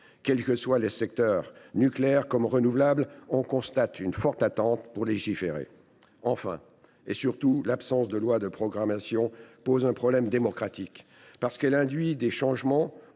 Quel que soit le secteur, nucléaire comme renouvelables, on constate une forte attente pour légiférer. Enfin, et surtout, l’absence de loi de programmation pose un problème démocratique. Parce qu’elle induit des changements